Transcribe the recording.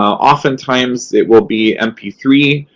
oftentimes, it will be m p three.